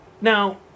now